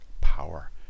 power